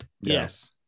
Yes